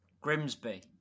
Grimsby